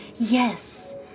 Yes